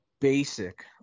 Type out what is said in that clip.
basic